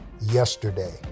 yesterday